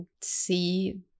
see